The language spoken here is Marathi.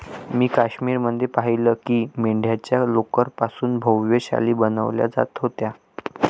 मी काश्मीर मध्ये पाहिलं की मेंढ्यांच्या लोकर पासून भव्य शाली बनवल्या जात होत्या